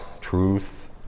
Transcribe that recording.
truth